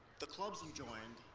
the clubs and joined,